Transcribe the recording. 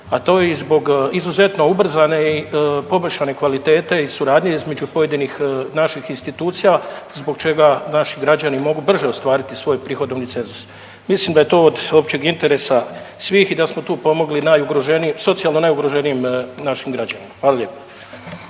a to je i zbog izuzetno ubrzane i poboljšanje kvalitete i suradnje između pojedinih naših institucija zbog čega naši građani mogu brže ostvariti svoj prihodovni cenzus. Mislim da je to od općeg interesa svih da smo tu pomogli najugroženiji, socijalno najugroženijim našim građanima. Hvala lijepa.